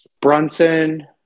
Brunson